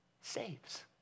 saves